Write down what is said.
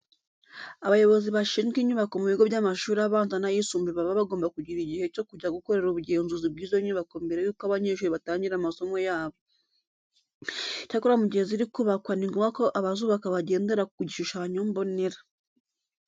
Abayobozi bashinzwe inyubako mu bigo by'amashuri abanza n'ayisumbuye baba bagomba kugira igihe cyo kujya gukora ubugenzuzi bw'izo nyubako mbere yuko abanyeshuri batangira amasomo yabo. Icyakora mu gihe ziri kubakwa ni ngombwa ko abazubaka bagendera ku gishushanyo mbonera.